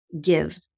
give